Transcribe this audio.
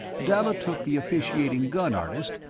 dalla took the officiating gun artist,